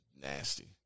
Nasty